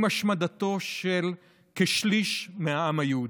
עם השמדתו של כשליש מהעם היהודי.